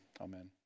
Amen